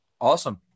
Awesome